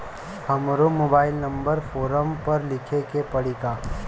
हमरो mobile number form पर लिखे के पड़ी का?